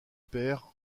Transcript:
peyre